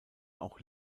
auch